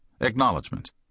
ACKNOWLEDGEMENT